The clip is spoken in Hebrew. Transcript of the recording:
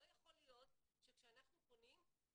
לא יכול להיות שכשאנחנו פונים,